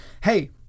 Hey